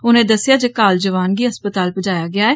उनें दस्सेआ जे घायल जवान गी अस्पताल पजाया गेआ ऐ